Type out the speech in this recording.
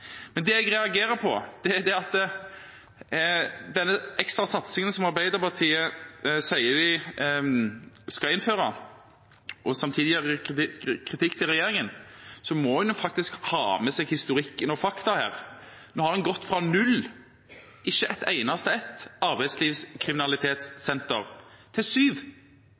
Men det jeg reagerer på, er at når det gjelder den ekstra satsingen som Arbeiderpartiet sier de skal gjennomføre, og når de samtidig retter kritikk mot regjeringen, må en ha med seg historikken og fakta her. En har gått fra null – ikke et eneste ett – arbeidslivskriminalitetssenter til syv,